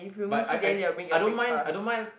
but I I I don't mind I don't mind